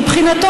מבחינתו,